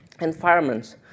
environments